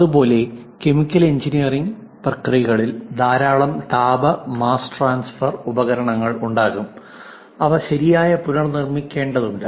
അതുപോലെ chemical engineering പ്രക്രിയകളിൽ ധാരാളം താപ മാസ് ട്രാൻസ്ഫർ ഉപകരണങ്ങൾ ഉണ്ടാകും അവ ശരിയായി പുനർനിർമ്മിക്കേണ്ടതുണ്ട്